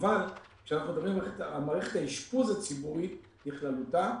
אבל כשאנחנו מדברים על מערכת האשפוז הציבורית בכללותה,